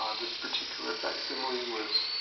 um this particular facsimile was